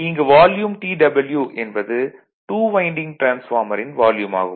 இங்கு TW என்பது 2 winding டிரான்ஸ்பார்மரின் வால்யூம் ஆகும்